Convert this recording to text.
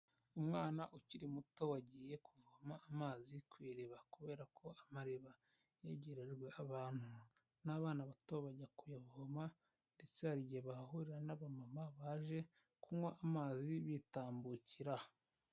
Umwana ukiri muto wagiye kuvoma amazi ku iriba kubera ko amariba yegerejwe abantu n'abana bato bajya kuyavoma, ndetse hari igihe bahahurira n'abamama baje kunywa amazi bitambukira.